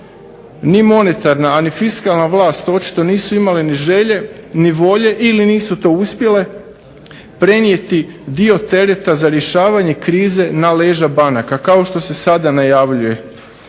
Ni monetarna, a ni fiskalna vlast očito nisu imale ni želje, ni volje ili nisu to uspjele prenijeti dio tereta za rješavanje krize na leđa banaka kao što se sada najavljuje.